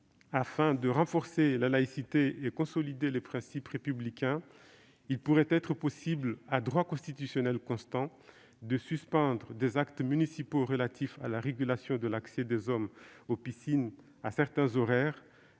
afin de « renforcer la laïcité et consolider les principes républicains », il pourrait être possible, à droit constitutionnel constant, de suspendre des actes municipaux relatifs à la régulation de l'accès des hommes aux piscines à certains horaires,